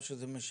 או שזה משרת